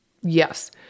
Yes